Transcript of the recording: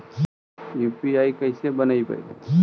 UPI कैसे बनइबै?